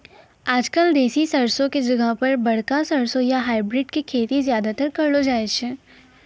आजकल देसी सरसों के जगह पर बड़का सरसों या हाइब्रिड के खेती ज्यादातर करलो जाय छै